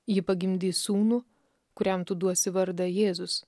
ji pagimdys sūnų kuriam tu duosi vardą jėzus